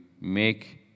make